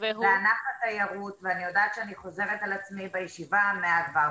ואני יודעת שאני חוזרת על עצמי בישיבה המאה כבר,